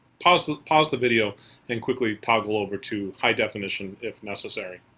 pause pause the video then quickly toggle over to high-definition if necessary.